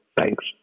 thanks